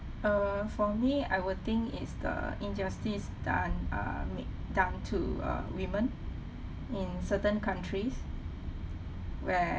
err for me I will think is the injustice done uh me~ done to uh women in certain countries where